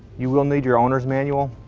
you will need your owner's manual.